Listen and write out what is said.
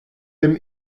dem